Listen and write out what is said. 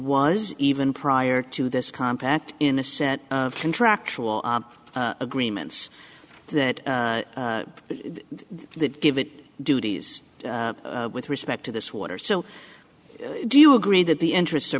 was even prior to this compact in a set of contractual agreements that they give it duties with respect to this water so do you agree that the interests are